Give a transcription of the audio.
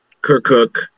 Kirkuk